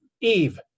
Eve